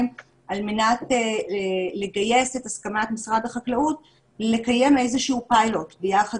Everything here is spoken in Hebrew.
על מנת לגייס את הסכמת משרד החקלאות לקיים איזה שהוא פיילוט ביחד